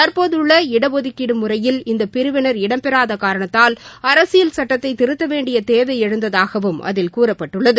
தற்போதுள்ள இடஒதுக்கீடு முறையில் இந்த பிரிவினர் இடம்பெறாத காரணத்தால் அரசியல் சுட்டத்தை திருத்த வேண்டிய தேவை எழுந்ததாகவும் அதில் கூறப்பட்டுள்ளது